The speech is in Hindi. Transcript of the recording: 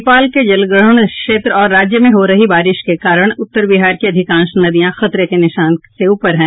नेपाल के जलग्रहण क्षेत्र और राज्य में हो रही बारिश के कारण उत्तर बिहार की अधिकांश नदियां खतरे के निशान से ऊपर है